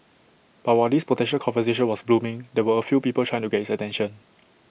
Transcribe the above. but while this potential conversation was blooming there were A few people trying to get his attention